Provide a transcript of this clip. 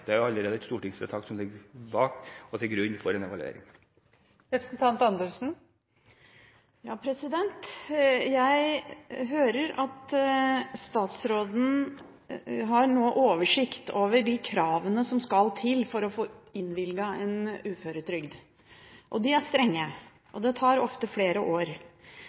Det ligger allerede et stortingsvedtak til grunn for en evaluering. Jeg hører at statsråden nå har oversikt over kravene som stilles for å få innvilget en uføretrygd. De er strenge, og det tar ofte flere år.